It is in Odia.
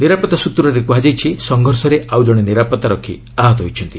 ନିରାପତ୍ତା ସ୍ୱତ୍ରରେ କୁହାଯାଇଛି ସଂଘର୍ଷରେ ଆଉ ଜଣେ ନିରାପତ୍ତା ରକ୍ଷୀ ଆହତ ହୋଇଛନ୍ତି